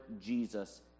jesus